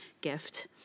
gift